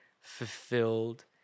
fulfilled